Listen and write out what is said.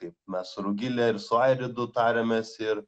kaip mes su rugile ir su airidu tariamės ir